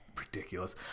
ridiculous